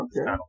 Okay